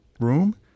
room